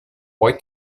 poi